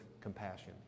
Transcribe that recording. compassion